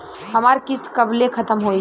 हमार किस्त कब ले खतम होई?